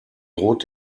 droht